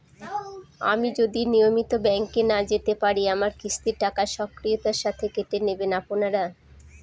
আমি যদি নিয়মিত ব্যংকে না যেতে পারি আমার কিস্তির টাকা স্বকীয়তার সাথে কেটে নেবেন আপনারা?